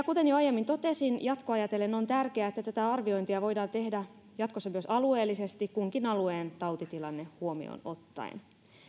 kuten jo aiemmin totesin jatkoa ajatellen on tärkeää että tätä arviointia voidaan tehdä jatkossa myös alueellisesti kunkin alueen tautitilanne huomioon ottaen